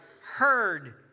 heard